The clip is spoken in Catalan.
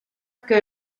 que